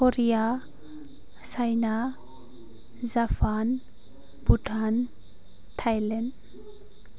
Korea China Japan Bhutan Thailand